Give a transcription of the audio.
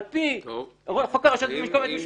על פי חוק הרשויות המקומיות (משמעת).